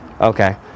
Okay